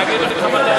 מי ביקש?